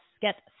Get